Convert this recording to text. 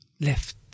left